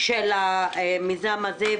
של המיזם הזה.